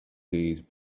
days